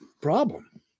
problem